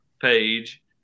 page